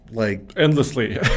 Endlessly